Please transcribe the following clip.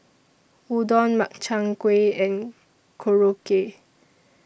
Udon Makchang Gui and Korokke